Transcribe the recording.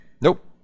Nope